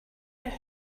you